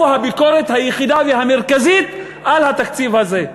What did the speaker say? הביקורת היחידה והמרכזית על התקציב הזה.